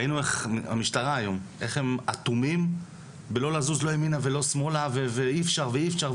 ראינו היום איך המשטרה אטומה ולא זזה ימינה ושמאלה וכל הזמן: אי-אפשר,